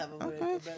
Okay